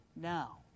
Now